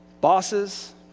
bosses